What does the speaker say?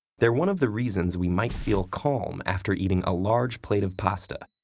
they're one of the reasons we might feel calm after eating a large plate of pasta,